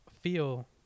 feel